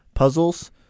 Puzzles